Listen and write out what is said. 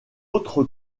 autre